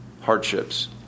hardships